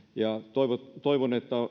toivon toivon että